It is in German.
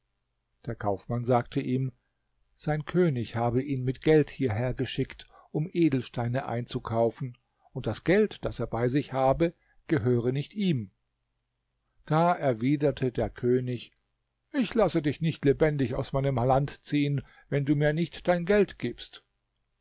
der kaufmann sagte ihm sein könig habe ihn mit geld hierhergeschickt um edelsteine einzukaufen und das geld das er bei sich habe gehöre nicht ihm da erwiderte der könig ich lasse dich nicht lebendig aus meinem land ziehen wenn du mir nicht dein geld gibst